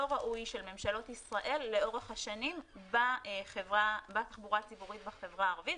ראוי של ממשלות ישראל לאורך השנים בתחבורה הציבורית בחברה הערבית,